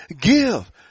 give